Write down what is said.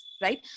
right